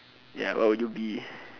ya what will you be